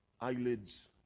eyelids